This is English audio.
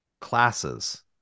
classes